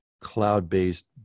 cloud-based